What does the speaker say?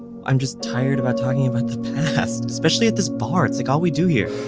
i'm just tired about talking about the past, especially at this bar. it's, like, all we do here